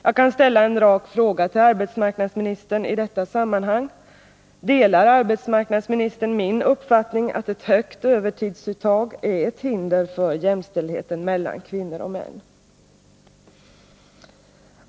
Jag kan ställa en rak fråga till arbetsmarknadsministern i det sammanhanget: Delar arbetsmarknadsministern min uppfattning att ett högt övertidsuttag är ett hinder för jämställdheten mellan kvinnor och män?